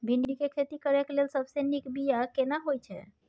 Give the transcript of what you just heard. भिंडी के खेती करेक लैल सबसे नीक बिया केना होय छै?